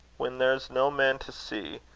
whan there's no man to see,